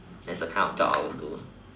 that's the kind of job I would do